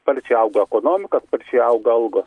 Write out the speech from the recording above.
sparčiai auga ekonomika sparčiai auga algos